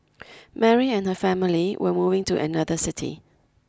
Mary and her family were moving to another city